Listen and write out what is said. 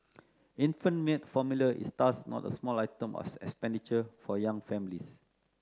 infant milk formula is thus not a small item of expenditure for young families